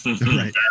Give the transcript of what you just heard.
Right